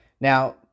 Now